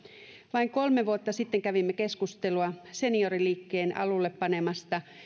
vain kolme vuotta sitten kävimme keskustelua senioriliikkeen alulle panemasta